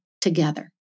together